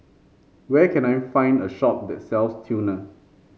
where can I find a shop that sells Tena